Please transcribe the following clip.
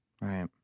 Right